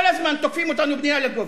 כל הזמן תוקפים אותנו על בנייה לגובה.